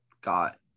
got